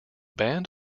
band